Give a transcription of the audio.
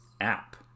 app